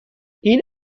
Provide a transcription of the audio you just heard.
این